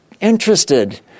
Interested